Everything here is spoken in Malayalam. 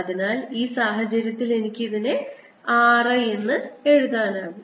അതിനാൽ ഈ സാഹചര്യത്തിൽ എനിക്ക് ഇതിനെ r I എന്ന് എഴുതാനാകും